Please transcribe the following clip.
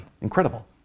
Incredible